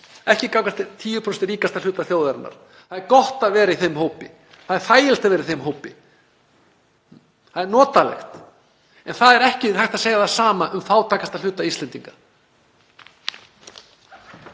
ekki gagnvart 10% ríkasta hluta þjóðarinnar. Það er gott að vera í þeim hópi. Það er þægilegt að vera í þeim hópi og notalegt. En það er ekki hægt að segja það sama um fátækasta hluta Íslendinga.